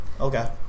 Okay